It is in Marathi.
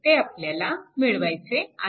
ते आपल्याला मिळवायचे आहेत